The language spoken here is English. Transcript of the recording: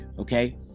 Okay